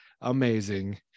Amazing